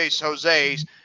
Jose's